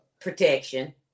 Protection